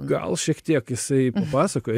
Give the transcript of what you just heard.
gal šiek tiek jisai pasakoja